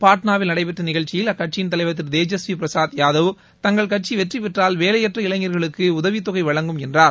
பாட்ளாவில் நடைபெற்ற நிகழ்ச்சியில் அக்கட்சியின் தலைவர் திரு தேஜஸ்வி பிரசுத் யாதவ் தங்கள் கட்சி வெற்றி பெற்றால் வேலையற்ற இளைஞர்களுக்கு உதவித்தொகை வழங்கும் என்றார்